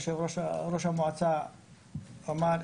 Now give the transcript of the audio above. יושב ראש המועצה אמר,